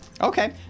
Okay